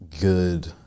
good